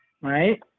right